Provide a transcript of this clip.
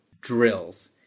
drills